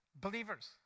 Believers